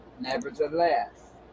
Nevertheless